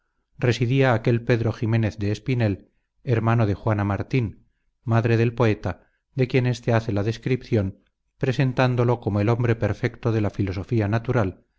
residía aquel pedro ximenez de espinel hermano de juana martín madre del poeta de quien éste hace la descripcion presentándolo como el hombre perfecto de la filosofía natural